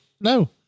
No